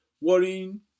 worrying